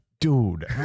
dude